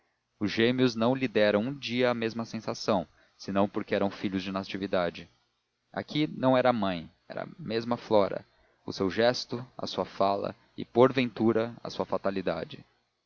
os gêmeos não lhe deram um dia a mesma sensação senão porque eram filhos de natividade aqui não era a mãe era a mesma flora o seu gesto a sua fala e porventura a sua fatalidade